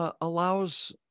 allows